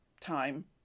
time